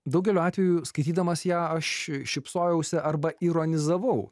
daugeliu atvejų skaitydamas ją aš šypsojausi arba ironizavau